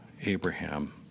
Abraham